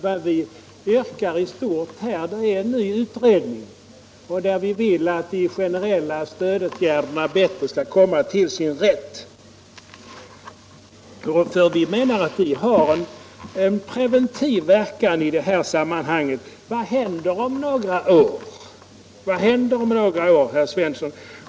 Vad vi i stort yrkar är en ny utredning, som vi vill skall undersöka möjligheterna för de generella stödåtgärderna att bättre komma till sin rätt. Vi menar att de har en preventiv verkan i det här sammanhanget. Vad händer om några år, herr Svensson?